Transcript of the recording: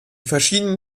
verschiedenen